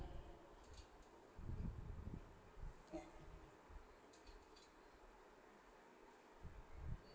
yeah